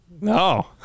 No